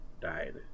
died